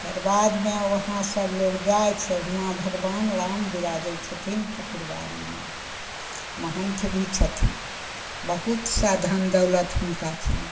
ओकरबादमे वहाँ सबलोग जाइ छै हुवाँ भगवान राम बिराजय छथिन ठाकुरबारीमे महन्थ भी छथिन बहुत सारा धन दौलत हुनका छनि